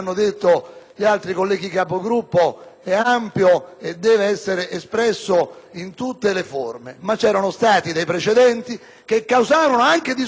gli altri colleghi Capigruppo, è ampio e deve essere espresso in tutte le forme. C'erano già stati dei precedenti, che causarono discussioni